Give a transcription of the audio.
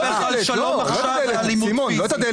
אני אספר לך על שלום עכשיו ואלימות פיזית.